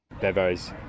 Bevo's